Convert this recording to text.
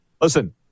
listen